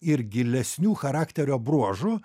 ir gilesnių charakterio bruožų